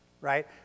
right